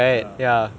ya